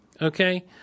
Okay